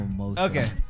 Okay